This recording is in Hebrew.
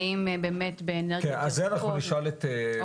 האם באמת באנרגיות ירוקות --- את זה